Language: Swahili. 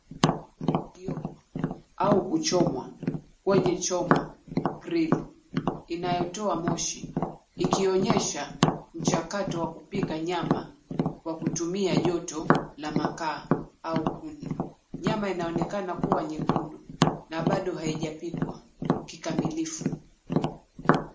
Ikiokwa au kuchomwa kwenye choma grill inayotoa moshi ikionyesha mchakato wa kupika nyama kwa kutumia joto la makaa au kuni. Nyama inaonekana kuwa nyekundu na bado haijapikwa kikamilifu.